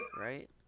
Right